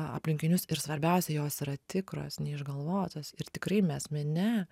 aplinkinius ir svarbiausia jos yra tikros neišgalvotos ir tikrai mes mene